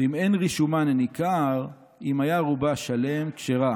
ואם אין רישומן ניכר, אם היה רובה שלם, כשרה,